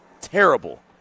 terrible